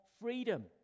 freedom